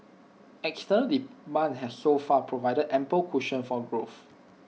external demand has so far provided ample cushion for growth